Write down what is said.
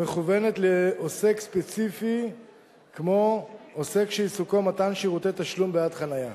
המכוונת לעוסק ספציפי כמו עוסק שעיסוקו מתן שירותי תשלום בעד חנייה.